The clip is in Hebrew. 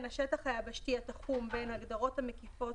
השטח היבשתי התחום בין הגדרות המקיפות